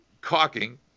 caulking